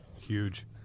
Huge